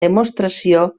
demostració